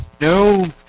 No